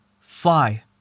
fly